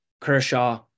Kershaw